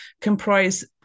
comprise